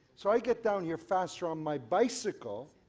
so i get down here faster on my bicycle